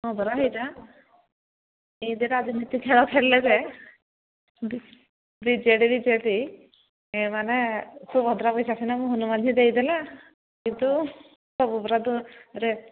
ହଁପରା ହେଇଟା ଏମିତି ରାଜନୀତି ଖେଳ ଖେଳିଲେଯେ ବିଜେଡ଼ି ବିଜେଡ଼ି ଏମାନେ ସୁଭଦ୍ରା ପଇସା ସିନା ମୋହନ ମାଝୀ ଦେଇଦେଲା କିନ୍ତୁ ସବୁ ପରା